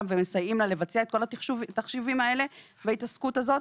ומסייעים לה לבצע את כל התחשיבים האלה וההתעסקות הזאת.